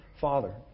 Father